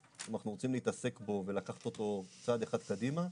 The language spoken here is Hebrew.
אם אנחנו רוצים להתעסק בו ולקחת אותו צעד אחד קדימה,